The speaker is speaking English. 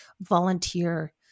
volunteer